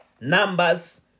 Numbers